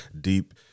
deep